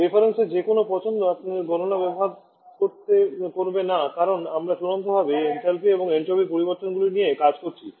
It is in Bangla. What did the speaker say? রেফারেন্সের যে কোনও পছন্দ আপনার গণনা ব্যাহত করবে না কারণ আমরা চূড়ান্তভাবে এনথালপি এবং এন্ট্রপির পরিবর্তনগুলি নিয়ে কাজ করছি